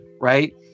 right